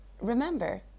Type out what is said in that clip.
Remember